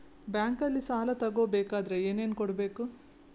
ಬ್ಯಾಂಕಲ್ಲಿ ಸಾಲ ತಗೋ ಬೇಕಾದರೆ ಏನೇನು ಕೊಡಬೇಕು?